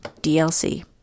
DLC